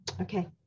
Okay